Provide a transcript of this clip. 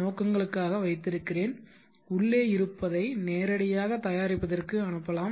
நோக்கங்களுக்காக வைத்திருக்கிறேன் உள்ளே இருப்பதை நேரடியாக தயாரிப்பதற்கு அனுப்பலாம்